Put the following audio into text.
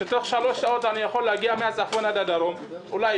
שתוך שלוש שעות אני יכול להגיע מהצפון לדרום אולי,